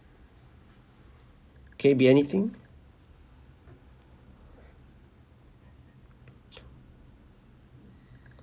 can it be anything